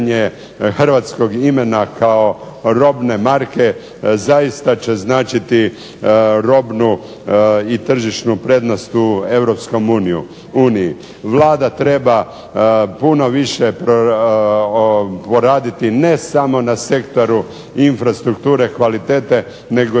hrvatskog imena kao robne marke zaista će značiti robnu i tržišnu prednost u Europskoj uniji. Vlada treba puno više poraditi ne samo na sektoru infrastrukture kvalitete nego i